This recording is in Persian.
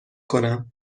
کنم